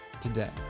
today